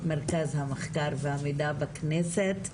מרכז המחקר והמידע בכנסת,